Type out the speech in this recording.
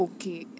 Okay